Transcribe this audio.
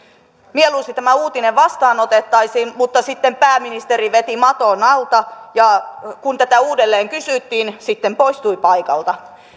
mieluusti tämä uutinen vastaanotettaisiin mutta sitten pääministeri veti maton alta ja kun tätä uudelleen kysyttiin sitten poistui paikalta